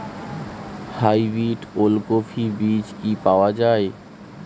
Hybrid ওলকফি বীজ কি পাওয়া য়ায়?